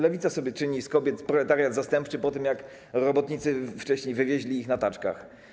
Lewica sobie czyni z kobiet proletariat zastępczy po tym, jak robotnicy wcześniej wywieźli ich na taczkach.